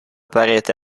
parete